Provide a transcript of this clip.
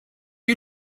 you